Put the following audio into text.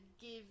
give